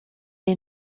est